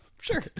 Sure